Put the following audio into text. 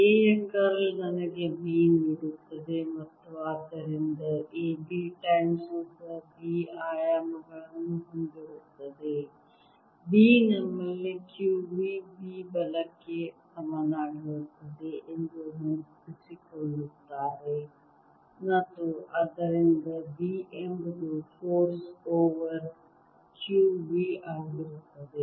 A ಯ curl ನನಗೆ B ನೀಡುತ್ತದೆ ಮತ್ತು ಆದ್ದರಿಂದ A B ಟೈಮ್ಸ್ ಉದ್ದ B ಆಯಾಮಗಳನ್ನು ಹೊಂದಿರುತ್ತದೆ B ನಮ್ಮಲ್ಲಿ qv B ಬಲಕ್ಕೆ ಸಮನಾಗಿರುತ್ತದೆ ಎಂದು ನೆನಪಿಸಿಕೊಳ್ಳುತ್ತಾರೆ ಮತ್ತು ಆದ್ದರಿಂದ B ಎಂಬುದು ಫೋರ್ಸ್ ಓವರ್ q v ಆಗಿರುತ್ತದೆ